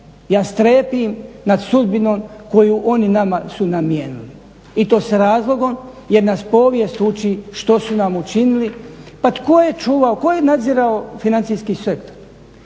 Ja strepim nad sudbinom koji oni nama su namijenili i to sa razlogom jer nas povijest uči što su nam učinili. Pa tko je čuvao, tko je nadzirao financijski sektor?